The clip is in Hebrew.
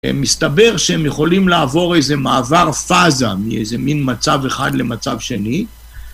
מסתבר שהם יכולים לעבור איזה מעבר פאזה מאיזה מין מצב אחד למצב שני